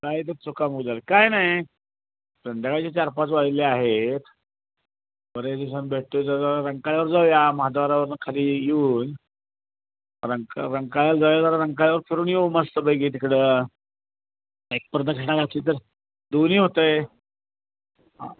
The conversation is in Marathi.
काय तर चुका मोजायला काय नाही संध्याकाळचे चार पाच वाजले आहेत बरेच दिवसान भेटतो आहे तर रंकाळ्यावर जाऊ या महाद्वारावरून खाली येऊन रंका रंकाळ्याला जाऊया जरा रंगाळ्यावर फिरून येऊ मस्त पैकी तिकडं दोन्ही होत आहे हां